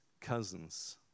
cousins